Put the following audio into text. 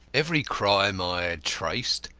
every crime i had traced,